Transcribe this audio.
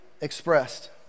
expressed